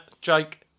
Jake